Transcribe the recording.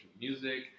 music